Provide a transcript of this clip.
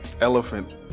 elephant